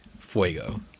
Fuego